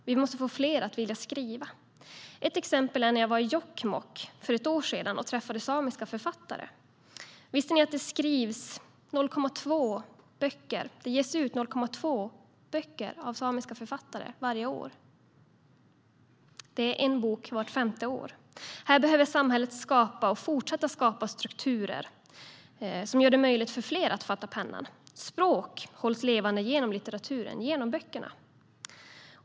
Vi måste få fler att vilja skriva. Jag kan nämna ett exempel från när jag var i Jokkmokk för ett år sedan och träffade samiska författare. Visste ni att det varje år ges ut bara 0,2 böcker av samiska författare? Det är en bok vart femte år. Här behöver samhället skapa, och fortsätta att skapa, strukturer som gör det möjligt för fler att fatta pennan. Språk hålls levande genom litteraturen och genom böckerna.